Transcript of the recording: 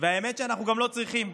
והאמת שאנחנו גם לא צריכים,